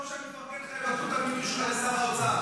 מרוב שאני מפרגן לך יבטלו את המינוי שלך לשר האוצר.